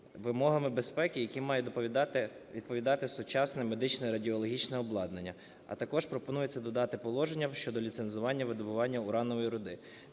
вимогами безпеки, які мають відповідати сучасне медичне радіологічне обладнання. А також пропонується додати положення щодо ліцензування видобування уранової руди.